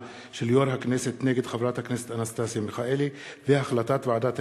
של יושב-ראש הכנסת נגד חברת הכנסת אנסטסיה מיכאלי והחלטת ועדת